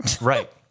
Right